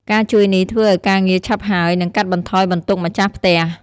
ការជួយនេះធ្វើឲ្យការងារឆាប់ហើយ និងកាត់បន្ថយបន្ទុកម្ចាស់ផ្ទះ។